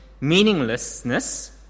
meaninglessness